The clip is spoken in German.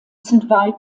saint